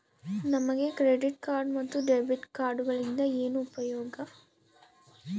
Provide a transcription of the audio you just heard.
ನಮಗೆ credit card ಮತ್ತು debit ಕಾರ್ಡುಗಳಿಂದ ಏನು ಉಪಯೋಗ?